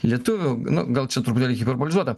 lietuvių nu gal čia truputėlį hiperbolizuota